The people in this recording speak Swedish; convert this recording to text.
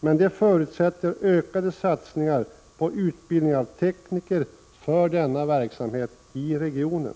men det förutsätter ökade satsningar på utbildning av tekniker för denna verksamhet i regionen.